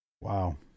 Wow